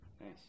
Nice